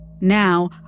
Now